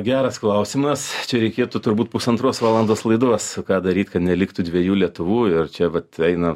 geras klausimas čia reikėtų turbūt pusantros valandos laidos ką daryt kad neliktų dviejų lietuvų ir čia vat eina